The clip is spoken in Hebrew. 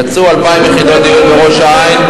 יצאו 2,000 יחידות דיור לראש-העין.